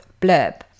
blurb